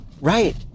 Right